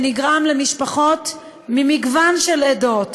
שנגרם למשפחות ממגוון של עדות,